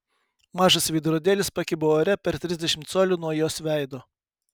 mažas veidrodėlis pakibo ore per trisdešimt colių nuo jos veido